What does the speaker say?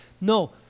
No